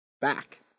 Back